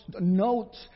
notes